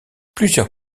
plusieurs